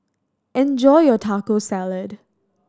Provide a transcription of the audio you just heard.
enjoy your Taco Salad